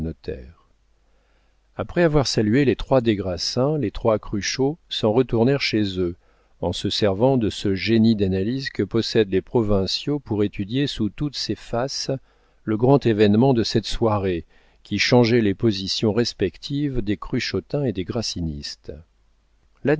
après avoir salué les trois des grassins les trois cruchot s'en retournèrent chez eux en se servant de ce génie d'analyse que possèdent les provinciaux pour étudier sous toutes ses faces le grand événement de cette soirée qui changeait les positions respectives des cruchotins et des grassinistes